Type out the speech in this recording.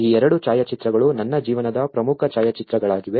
ಈ ಎರಡು ಛಾಯಾಚಿತ್ರಗಳು ನನ್ನ ಜೀವನದ ಪ್ರಮುಖ ಛಾಯಾಚಿತ್ರಗಳಾಗಿವೆ